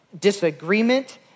disagreement